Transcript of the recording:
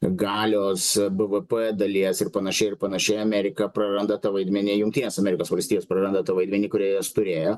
galios bvp dalies ir panašiai ir panašiai amerika praranda tą vaidmenį jungtinės amerikos valstijos praranda tą vaidmenį kurį jos turėjo